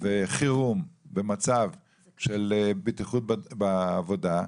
וחירום במצב של בטיחות בעבודה,